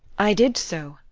i did so.